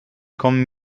kommen